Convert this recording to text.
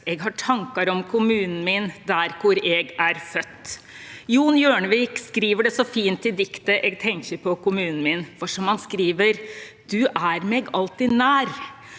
eg har tankar om kommunen min, der kor eg er født.» Jon Hjørnevik skriver det så fint i diktet «Eg tenkjer på kommunen min», for som han skriver: «du er meg alltid nær».